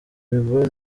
bigo